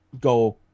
go